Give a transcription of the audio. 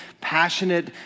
passionate